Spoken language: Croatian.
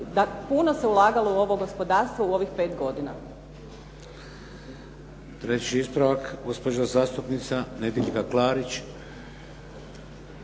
puno se ulagalo u ovo gospodarstvo u ovih pet godina. **Šeks, Vladimir (HDZ)** Treći ispravak, gospođa zastupnica Nedjeljka Klarić.